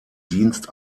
dienst